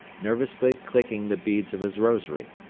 nervously clicking the beads of his rosary.